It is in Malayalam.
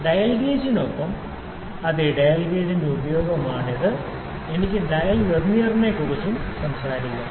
ഡയൽ ഗേജിനൊപ്പം അതെ ഡയൽ ഗേജിന്റെ ഉപയോഗമാണിത് എനിക്ക് ഡയൽ വെർനിയറിനെക്കുറിച്ചും സംസാരിക്കാം